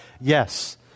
Yes